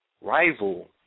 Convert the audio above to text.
rival